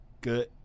Good